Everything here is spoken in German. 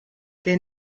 der